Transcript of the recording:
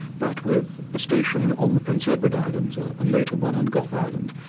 but with a station on the prince edward islands and later one on gough island,